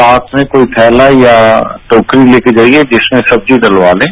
साथ में कोई थैला या टोकरी लेकर जाइये जिसमें सब्जी डलवा लें